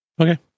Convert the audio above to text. Okay